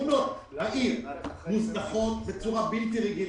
שכונות העיר מוזנחות בצורה בלתי רגילה.